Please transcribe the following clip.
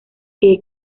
que